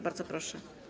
Bardzo proszę.